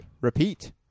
Repeat